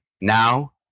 now